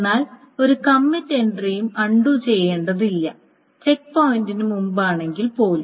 എന്നാൽ ഒരു കമ്മിറ്റ് എൻട്രിയും അൺണ്ടു ചെയ്യേണ്ടതില്ല ചെക്ക് പോയിന്റിന് മുമ്പാണെങ്കിൽ പോലും